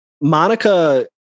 Monica